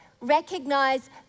Recognize